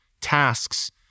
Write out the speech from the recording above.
tasks